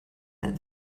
that